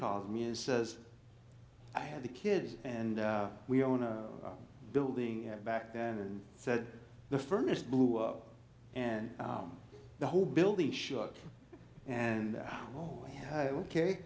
calls me and says i had the kids and we own a building back then and said the furnace blew up and the whole building shook and oh yeah ok